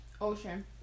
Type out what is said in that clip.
ocean